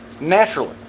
naturally